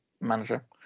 manager